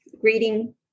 greeting